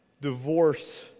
divorce